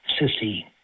Sissy